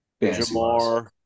Jamar